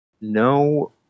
no